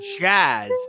jazz